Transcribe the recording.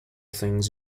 things